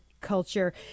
culture